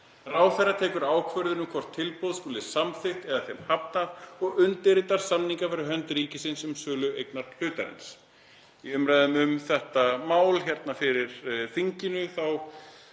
„Ráðherra tekur ákvörðun um hvort tilboð skuli samþykkt eða þeim hafnað og undirritar samninga fyrir hönd ríkisins um sölu eignarhlutarins.“ Í umræðum um þetta mál fyrir þinginu